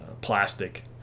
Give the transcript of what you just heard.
plastic